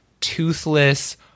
toothless